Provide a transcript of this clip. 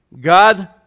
God